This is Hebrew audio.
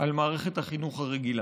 על מערכת החינוך הרגילה.